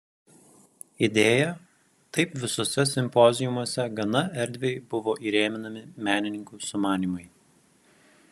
idėja taip visuose simpoziumuose gana erdviai buvo įrėminami menininkų sumanymai